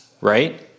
right